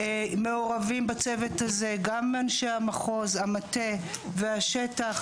מעורבים בצוות הזה גם אנשי המחוז, המטה והשטח.